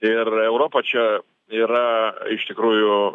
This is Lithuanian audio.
ir europa čia yra iš tikrųjų